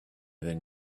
than